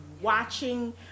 watching